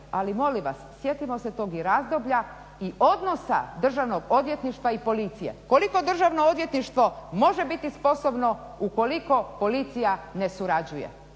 Ali molim vas, sjetimo se tog i razdoblja i odnosa Državnog odvjetništva i policije. Koliko Državno odvjetništvo može biti sposobno ukoliko policija ne surađuje?